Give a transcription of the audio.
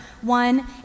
one